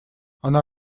она